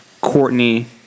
Courtney